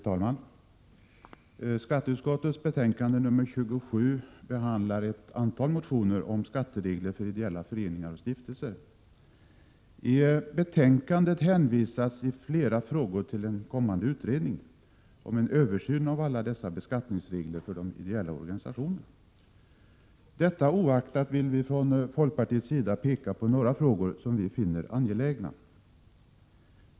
Fru talman! Skatteutskottets betänkande nr 27 behandlar ett antal motioner om skatteregler för ideella föreningar och stiftelser. I betänkandet hänvisas i flera frågor till en kommande utredning om en översyn av alla dessa beskattningsregler för de ideella organisationerna. Detta oaktat vill vi från folkpartiets sida peka på några frågor som vi finner angelägna.